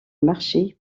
marché